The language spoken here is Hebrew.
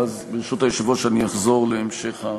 ואז ברשות היושב-ראש אני אחזור להמשך.